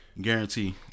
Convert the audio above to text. guarantee